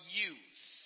youth